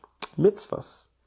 Mitzvahs